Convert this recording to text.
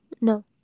no